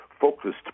Focused